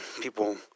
people